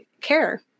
care